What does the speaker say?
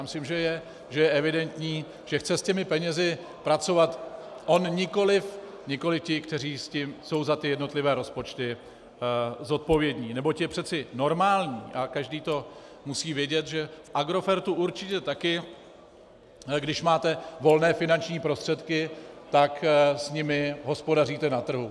Myslím, že je evidentní, že chce s těmi penězi pracovat on, nikoliv ti, kteří jsou za jednotlivé rozpočty zodpovědní, neboť je přece normální, a každý to musí vědět, v Agrofertu určitě taky, že když máte volné finanční prostředky, tak s nimi hospodaříte na trhu.